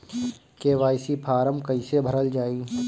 KYC form कइसे भरल जाइ?